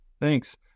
Thanks